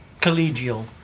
collegial